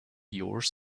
yours